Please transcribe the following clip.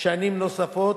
שנים נוספות,